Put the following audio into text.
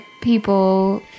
people